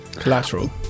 collateral